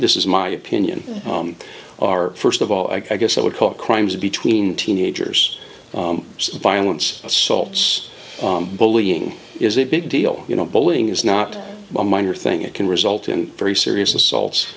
this is my opinion are first of all i guess i would call it crimes between teenagers so the violence assaults bullying is a big deal you know bowling is not a minor thing it can result in very serious assaults